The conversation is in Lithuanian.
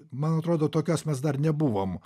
man atrodo tokios mes dar nebuvom